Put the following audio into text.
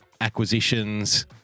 acquisitions